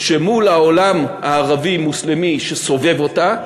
שמול העולם הערבי-מוסלמי שסובב אותה,